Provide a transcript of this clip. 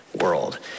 world